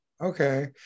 okay